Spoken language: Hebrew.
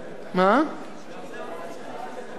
תודה רבה, רבותי השרים,